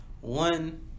One